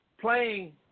playing